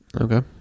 Okay